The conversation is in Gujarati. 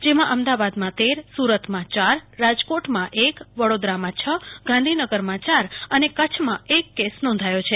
જેમાં અમદાવાદમાં તેર સુરતમાં ચાર રાજકોટમાં એક વડોદરામાં છ ગાંધીનગરમાં ચાર અને કચ્છમાં એક કેસ નોધાયો છે